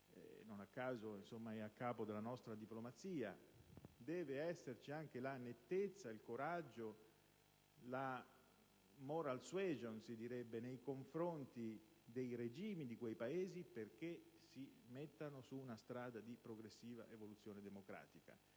(non a caso lei è a capo della nostra diplomazia), deve esserci anche la nettezza, il coraggio, la *moral suasion* nei confronti dei regimi di quei Paesi, perché si mettano su una strada di progressiva evoluzione democratica.